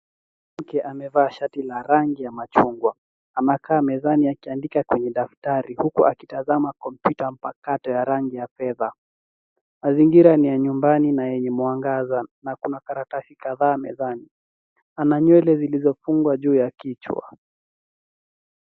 Mwanamke amevaa shati la rangi ya machungwa. Anakaa mezani akiwa anaandika kwenye daftari, huku akitazama kompyuta mpakato ya rangi ya fedha. Mazingira ni ya nyumbani na yenye mwangaza, na kuna karatasi kadhaa mezani. Ana nywele zilizofungwa juu ya kichwa.